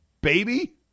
baby